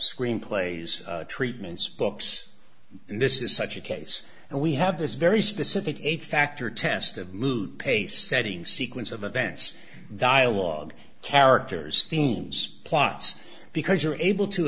screenplays treatment's books this is such a case and we have this very specific age factor test of mood pace setting sequence of events dialogue characters themes plots because you are able to